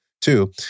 Two